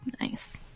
nice